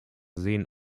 sehen